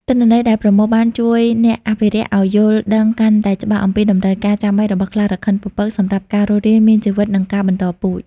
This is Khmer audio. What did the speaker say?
ទិន្នន័យដែលប្រមូលបានជួយអ្នកអភិរក្សឲ្យ យល់ដឹងកាន់តែច្បាស់អំពីតម្រូវការចាំបាច់របស់ខ្លារខិនពពក សម្រាប់ការរស់រានមានជីវិត និងការបន្តពូជ។